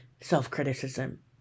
self-criticism